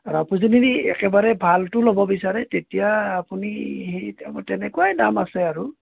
আপুনি যদি একেবাৰে ভালটো ল'ব বিচাৰে তেতিয়া আপুনি সেই দামতে তেনেকুৱাই দাম আছে আৰু